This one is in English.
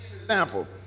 Example